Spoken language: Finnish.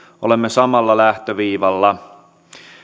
olemme samalla lähtöviivalla